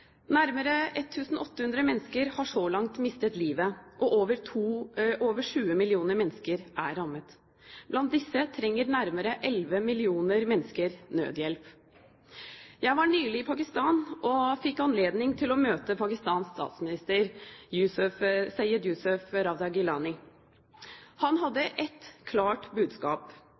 Nærmere 1 800 mennesker har så langt mistet livet, og over 20 millioner mennesker er rammet. Blant disse trenger nærmere 11 millioner mennesker nødhjelp. Jeg var nylig i Pakistan og fikk anledning til å møte Pakistans statsminister Yousuf Raza Gilani. Han hadde et klart budskap,